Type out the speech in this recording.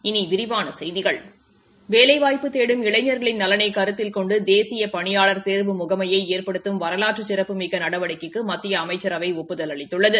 இனி விரிவான செய்திகள் வேலைவாய்ப்பு தேடும் இளைஞர்களின் நலனை கருத்தில் கொண்டு தேசிய பணியாளர் தேர்வு முகமை ஏற்படுத்தும் வரலாற்று சிறப்புமிக்க நடவடிக்கைக்கு மத்திய அமைச்சரவை ஒப்புதல் அளித்துள்ளது